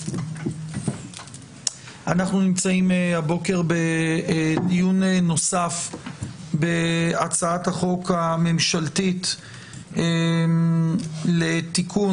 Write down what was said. אנחנו נמצאים הבוקר בדיון נוסף בהצעת החוק הממשלתית לתיקון,